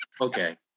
okay